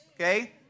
Okay